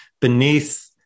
beneath